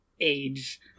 age